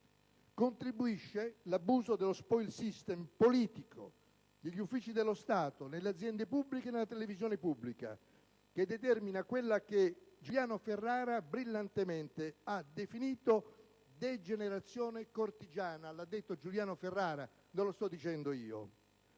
contribuisce altresì l'abuso dello *spoils system* politico negli uffici dello Stato, nelle aziende pubbliche e nella televisione pubblica, che determina quella che Giuliano Ferrara ha brillantemente definito «degenerazione cortigiana». Lo ha detto Giuliano Ferrara, non lo sto dicendo io.